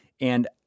and-